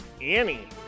Annie